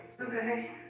Okay